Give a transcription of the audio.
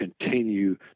continue